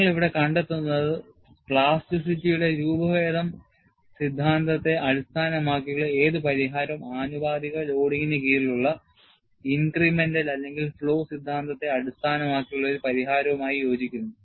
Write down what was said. നിങ്ങൾ ഇവിടെ കണ്ടെത്തുന്നത് പ്ലാസ്റ്റിറ്റിയുടെ രൂപഭേദം സിദ്ധാന്തത്തെ അടിസ്ഥാനമാക്കിയുള്ള ഏത് പരിഹാരവും ആനുപാതിക ലോഡിംഗിന് കീഴിലുള്ള incremental അല്ലെങ്കിൽ flow സിദ്ധാന്തത്തെ അടിസ്ഥാനമാക്കിയുള്ള ഒരു പരിഹാരവുമായി യോജിക്കുന്നു